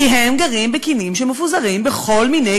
כי הם גרים בקנים שמפוזרים בכל מיני